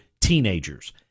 teenagers